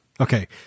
Okay